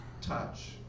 touch